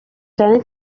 cyane